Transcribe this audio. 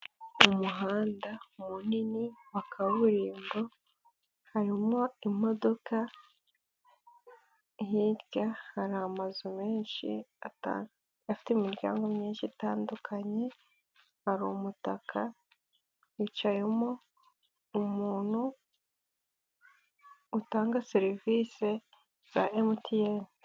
Mu muhanda munini wa kaburimbo harimo imodoka, hirya hari amazu menshi afite imiryango myinshi itandukanye, hari umutaka hicayemo umuntu utanga serivisi za MTN.